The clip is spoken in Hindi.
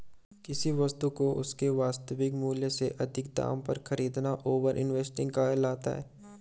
किसी वस्तु को उसके वास्तविक मूल्य से अधिक दाम पर खरीदना ओवर इन्वेस्टिंग कहलाता है